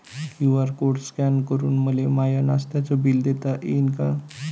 QR code scan करून मले माय नास्त्याच बिल देता येईन का?